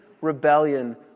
rebellion